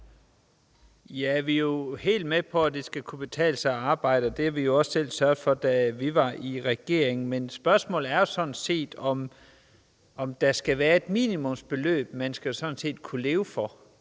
(S): Vi er jo helt med på, at det skal kunne betale sig at arbejde. Det sørgede vi selv for, da vi var i regering, men spørgsmålet er sådan set, om der skal være et minimumsbeløb, som man skal kunne leve for.